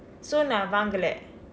so நான் வாங்கல:naan vaangala